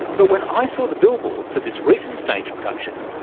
but when i saw the billboard for this recent stage production,